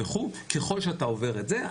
ככל שאתה עובר את זה,